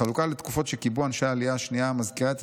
החלוקה לתקופות שקיבעו אנשי העלייה השנייה מזכירה את